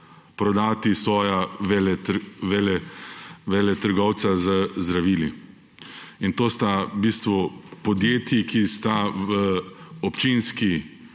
prodati svoja veletrgovca z zdravili. To sta v bistvu podjetji, ki sta v občinski